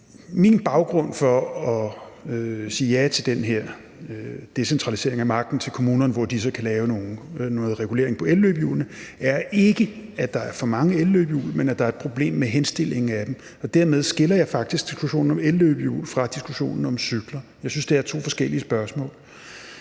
Min baggrund for at sige ja til den her decentralisering af magten til kommunerne, hvor de så kan lave noget regulering på elløbehjulene, er ikke, at der er for mange elløbehjul, men at der er et problem med henstillingen af dem. Og dermed skiller jeg faktisk diskussionen om elløbehjul fra diskussionen om cykler. Jeg synes, det er to forskellige spørgsmål.